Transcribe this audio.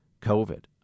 COVID